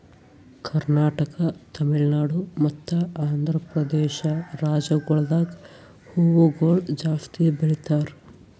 ಕರ್ನಾಟಕ, ತಮಿಳುನಾಡು ಮತ್ತ ಆಂಧ್ರಪ್ರದೇಶ ರಾಜ್ಯಗೊಳ್ದಾಗ್ ಹೂವುಗೊಳ್ ಜಾಸ್ತಿ ಬೆಳೀತಾರ್